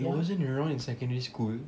it wasn't around in secondary school